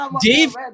Dave